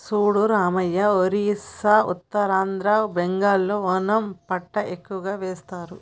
చూడు రామయ్య ఒరిస్సా ఉత్తరాంధ్ర బెంగాల్లో ఓనము పంట ఎక్కువ వేస్తారు